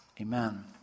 Amen